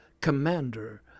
commander